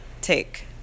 take